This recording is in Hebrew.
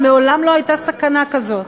מעולם לא הייתה סכנה כזאת.